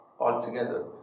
altogether